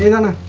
and